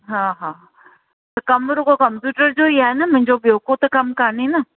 हा हा त कमु रुॻो कंप्यूटर जो ई आहे न मुंहिंजो ॿियो को त कमु काने न